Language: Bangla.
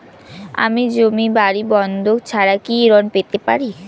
আমি জমি বাড়ি বন্ধক ছাড়া কি ঋণ পেতে পারি?